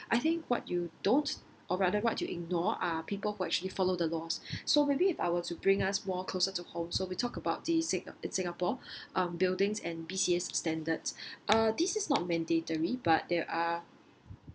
I think what you don't or rather what you ignore are people who actually follow the laws so maybe if I were to bring us more closer to home so we talk about the sin~ in singapore um buildings and B_C_A standards uh this is not mandatory but there are